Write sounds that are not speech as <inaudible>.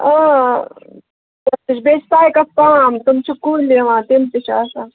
بیٚیہِ چھِ <unintelligible> تِم چھِ کُلۍ یِوان تِم چھِ آسان